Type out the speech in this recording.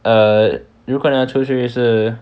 err 如果你要出去是